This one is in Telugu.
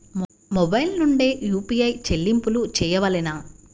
మొబైల్ నుండే యూ.పీ.ఐ చెల్లింపులు చేయవలెనా?